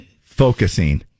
focusing